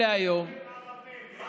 להיום, אדוני סגן השר, יישובים ערביים.